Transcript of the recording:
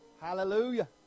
Hallelujah